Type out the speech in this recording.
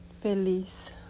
feliz